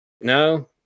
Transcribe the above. No